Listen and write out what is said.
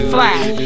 Flash